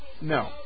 No